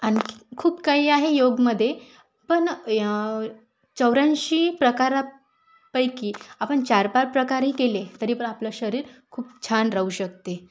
आणि खूप काही आहे योगमध्ये पण या चौऱ्याऐंशी प्रकारापैकी आपण चार पार प्रकारही केले तरी पण आपलं शरीर खूप छान राहू शकते